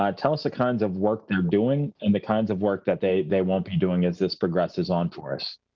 um tell us the kinds of work you're doing, and the kinds of work that they they won't be doing as this progresses on for us.